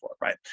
right